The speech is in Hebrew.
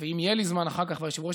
אם יהיה לי זמן אחר כך והיושב-ראש